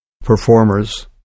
performers